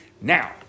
Now